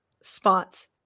spots